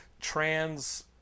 trans